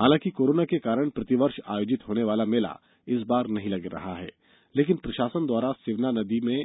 हालांकि कोरोना के कारण प्रतिवर्ष आयोजित होने वाला मेला इस बार नही लगा है लेकिन प्रशासन द्वारा सिवना नदी में